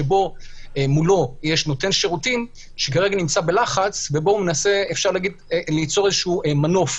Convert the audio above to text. שבו מולו יש נותן שירותים שכרגע נמצא בלחץ ומנסה ליצור איזשהו מנוף,